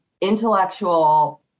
intellectual